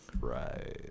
Right